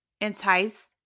entice